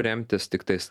remtis tiktais